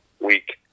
week